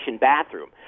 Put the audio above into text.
bathroom